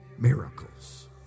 Miracles